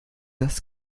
das